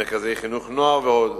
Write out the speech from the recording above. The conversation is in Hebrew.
מרכזי חינוך נוער ועוד.